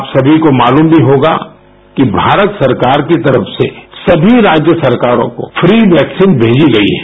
आप सभी को मालूम भी होगा कि भारत सरकार की तरफ से सभी राज्य सरकारों को फ्री वैक्सीन भेजी गई है